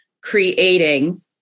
creating